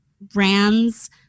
brands